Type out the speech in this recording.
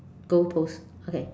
goalpost okay